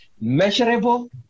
measurable